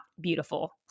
Beautiful